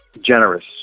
generous